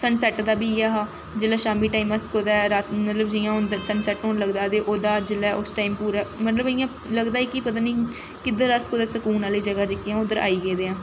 sun set दा बी इ'यै हा जेल्लै शामी टाइम अस कुदै रा मतलब जि'यां हून सन सैट्ट होन लगदा ते ओह्दा जेल्लै उस टाइम पूरा मतलब इ'यां लगदा ऐ कि पता निं किद्धर अस कुदै सकून आह्ली ज'गा जेह्की ऐ उद्धर आई गे दे आं